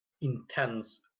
intense